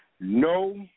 No